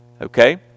Okay